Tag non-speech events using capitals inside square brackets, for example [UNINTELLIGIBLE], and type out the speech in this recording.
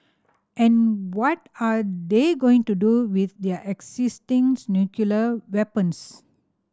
and what are they going to do with their existing [UNINTELLIGIBLE] nuclear weapons